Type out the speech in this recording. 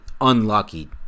unlucky